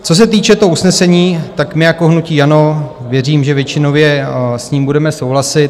Co se týče toho usnesení, my jako hnutí ANO věřím, že většinově s ním budeme souhlasit.